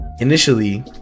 Initially